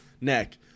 neck